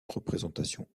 représentation